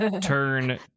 turn